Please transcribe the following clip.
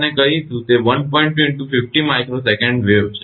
2 × 50 𝜇𝑠 તરંગ છે